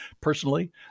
personally